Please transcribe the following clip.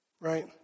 right